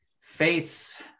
faith